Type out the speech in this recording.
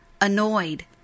annoyed